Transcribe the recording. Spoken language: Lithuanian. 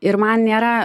ir man nėra